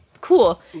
cool